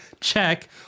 check